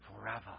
forever